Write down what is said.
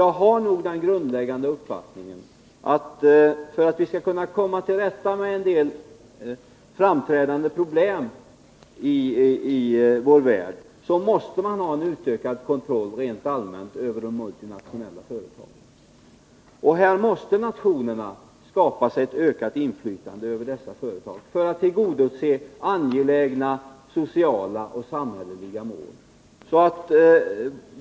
Jag har den principiella uppfattningen att man för att kunna komma till rätta med en del framträdande problem i vår värld måste ha en utökad kontroll rent allmänt över de multinationella företagen. Här måste nationerna skapa sig ett ökat inflytande över dessa företag för att uppnå angelägna sociala och samhälleliga mål.